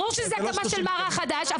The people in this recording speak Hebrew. ברור שזו הקמה של מערך חדש,